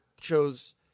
chose